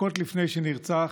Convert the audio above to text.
דקות לפני שנרצח,